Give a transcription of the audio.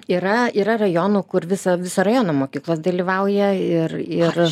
yra yra rajonų kur visa visoa rajono mokyklos dalyvauja ir ir